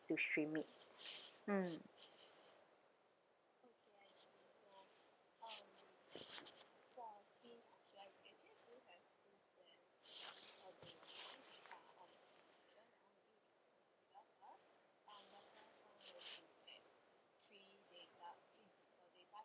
to stream it mm